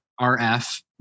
rf